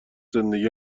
زندگی